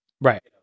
Right